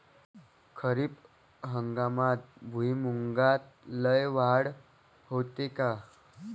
खरीप हंगामात भुईमूगात लई वाढ होते का?